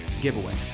giveaway